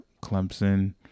Clemson